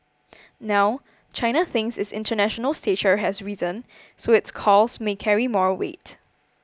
now China thinks its international stature has risen so its calls may carry more weight